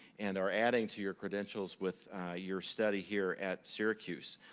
and are adding to your credentials with your study here at syracuse.